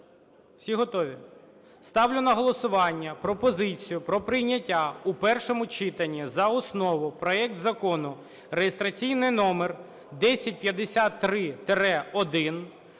Всі готові? Ставлю на голосування пропозицію про прийняття у першому читанні за основу проект Закону (реєстраційний номер 1053-1)